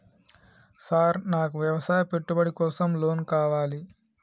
Sir నాకు వ్యవసాయ పెట్టుబడి కోసం లోన్ కావాలి?